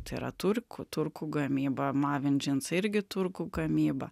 tai yra turkų turkų gamyba mavin džinsai irgi turkų gamyba